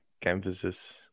canvases